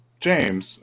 James